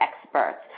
experts